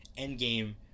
Endgame